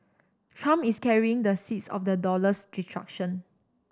trump is carrying the seeds of the dollar's destruction